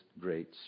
great